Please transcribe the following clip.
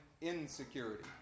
insecurity